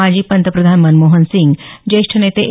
माजी पंतप्रधान मनमोहसिंग ज्येष्ठ नेते ए